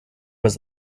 was